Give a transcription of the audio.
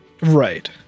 Right